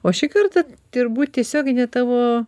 o šį kartą tiurbūt tiesiog ne tavo